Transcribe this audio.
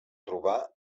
trobar